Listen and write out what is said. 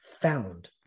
found